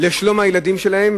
לשלום הילדים שלהם,